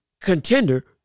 contender